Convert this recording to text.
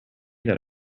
that